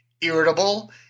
irritable